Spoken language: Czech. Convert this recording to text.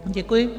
Děkuji.